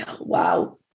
wow